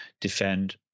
defend